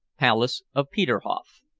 palace of peterhof.